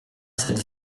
cette